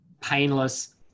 painless